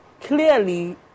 clearly